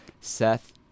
Seth